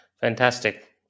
Fantastic